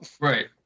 Right